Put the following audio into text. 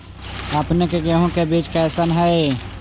अपने के गेहूं के बीज कैसन है?